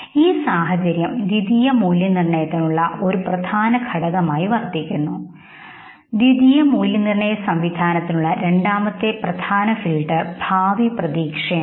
ഈ സാഹചര്യം ദ്വിതീയ മൂല്യനിർണ്ണയത്തിനുള്ള ഒരു പ്രധാന ഘടകമായി പ്രവർത്തിക്കുന്നു ദ്വിതീയ മൂല്യനിർണ്ണയ സംവിധാനത്തിനുള്ള രണ്ടാമത്തെ പ്രധാന ഫിൽട്ടർ ഭാവി പ്രതീക്ഷയാണ്